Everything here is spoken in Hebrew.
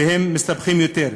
ומסתבכים יותר.